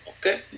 okay